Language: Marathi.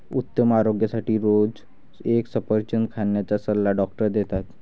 उत्तम आरोग्यासाठी रोज एक सफरचंद खाण्याचा सल्ला डॉक्टर देतात